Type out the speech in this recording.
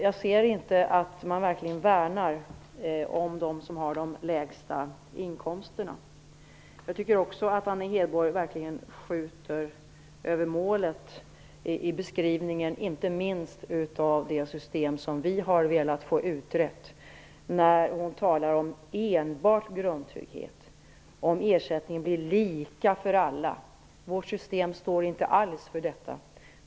Jag ser inte att man verkligen värnar om dem som har de lägsta inkomsterna. Jag tycker också att Anna Hedborg verkligen skjuter över målet när hon talar om enbart grundtrygghet och säger att ersättningen blir lika för alla, inte minst i beskrivningen av det system som vi har velat få utrett. Vårt system står inte alls för detta.